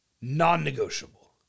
Non-negotiable